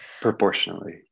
proportionally